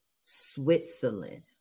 Switzerland